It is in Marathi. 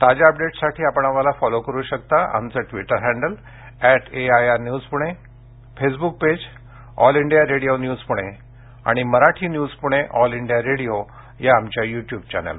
ताज्या अपडेट्ससाठी आपण आम्हाला फॉलो करु शकता आमचं Twitter handle at AIR news Pune Facebook page all India radio news Pune आणि Marathi news Pune all India radio या आमच्या युट्युब चॅनेलवर